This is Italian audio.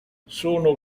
sono